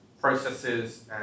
processes